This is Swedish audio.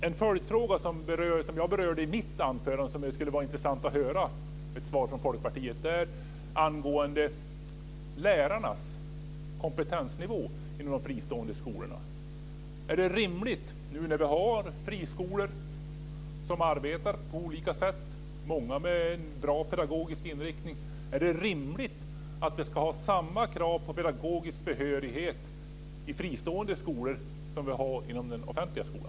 En följdfråga till något som jag berörde i mitt anförande och som det skulle vara intressant att höra ett svar på från Folkpartiet gäller lärarnas kompetensnivå i de fristående skolorna. Är det rimligt, när vi nu har friskolor som arbetar på olika sätt, många med en bra pedagogisk inriktning, att vi ska ha samma krav på pedagogisk behörighet i fristående skolor som vi har inom den offentliga skolan?